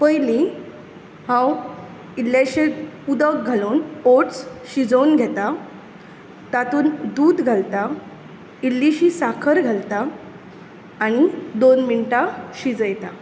पयली हांव इल्लेंशें उदक घालून ओट्स शिजोवन घेता तातूंत दूद घालता इल्लीशी साखर घालता आनी दोन मिनटां शिजयता